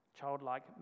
Childlike